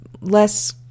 less